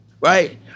Right